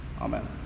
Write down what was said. Amen